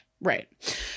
right